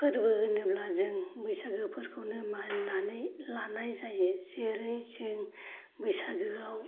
फोरबो होनोब्ला जों बैसागोफोरखौ मानिनानै लानाय जायो जेरै जों बैसागोआव